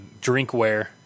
drinkware